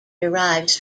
derives